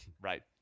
Right